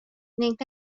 ning